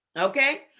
okay